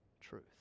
truth